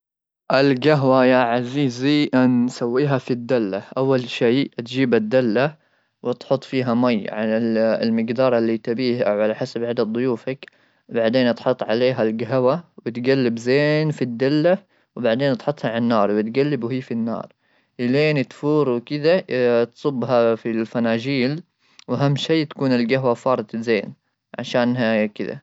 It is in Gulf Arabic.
القهوه يا عزيزي نسويها في الدله اول شيء تجيب الداله وتحط فيها ماء على المقدار اللي تبيه على حسب عدد ضيوفك ,بعدين تحط عليها القهوه وتقلب زين في الدله ,وبعدين تحطها على النار وتقلب وهي في النار الين تفور وكذا تصبها في الفناجيل واهم شيء تكون القهوه فارت زين عشان هي كد.